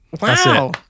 Wow